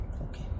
Okay